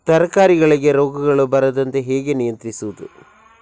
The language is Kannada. ತರಕಾರಿಗಳಿಗೆ ರೋಗಗಳು ಬರದಂತೆ ಹೇಗೆ ನಿಯಂತ್ರಿಸುವುದು?